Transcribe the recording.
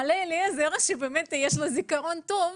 ואלמלא אליעזר עם הזיכרון הטוב,